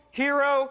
hero